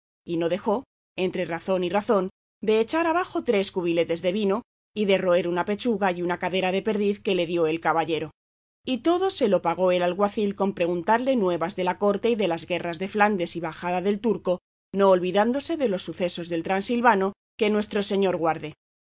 y no dejó entre razón y razón de echar abajo tres cubiletes de vino y de roer una pechuga y una cadera de perdiz que le dio el caballero y todo se lo pagó el alguacil con preguntarle nuevas de la corte y de las guerras de flandes y bajada del turco no olvidándose de los sucesos del trasilvano que nuestro señor guarde